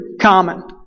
common